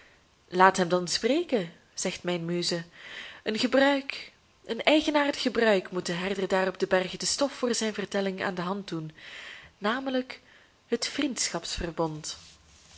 laat hem dan spreken zegt mijn muze een gebruik een eigenaardig gebruik moet den herder daar op den berg de stof voor zijn vertelling aan de hand doen namelijk het vriendschapsverbond